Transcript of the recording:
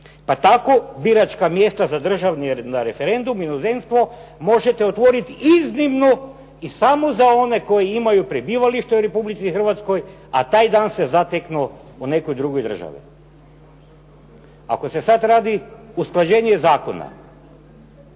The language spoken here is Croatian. Pa tako biračka mjesta za državni, na referendum, inozemstvo možete otvoriti iznimno i samo za one koji imaju prebivalište u Republici Hrvatskoj a taj dan se zateknu u nekoj drugoj državi. Ako se sada radi usklađenje zakona